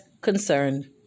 concerned